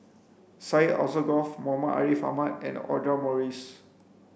Syed Alsagoff Muhammad Ariff Ahmad and Audra Morrice